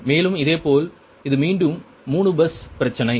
மேலும் இதேபோல் இது மீண்டும் 3 பஸ் பிரச்சனை